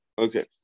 Okay